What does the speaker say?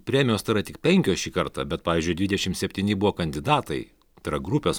premijos tai yra tik penkios šį kartą bet pavyzdžiui dvidešim septyni buvo kandidatai tai yra grupės